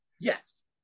Yes